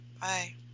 Bye